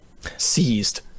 Seized